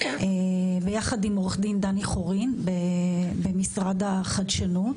יחד עם עו"ד דני חורין במשרד החדשנות,